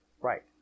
Right